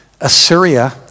Assyria